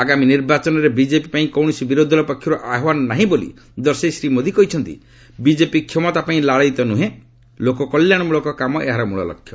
ଆଗାମୀ ନିର୍ବାଚନରେ ବିକେପି ପାଇଁ କୌଣସି ବିରୋଧି ଦଳ ପକ୍ଷରୁ ଆହ୍ୱାନ ନାହିଁ ବୋଲି ଦର୍ଶାଇ ଶ୍ରୀ ମୋଦି କହିଛନ୍ତି ବିଜେପି କ୍ଷମତାପାଇଁ ଲାଳାୟିତ ନୁହେଁ ଲୋକକଲ୍ୟାଣମୂଳକ କାମ ଏହାର ମ୍ମଳଲକ୍ଷ୍ୟ